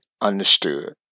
understood